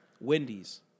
Wendy's